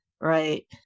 Right